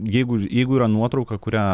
jeigu ir jeigu yra nuotrauka kurią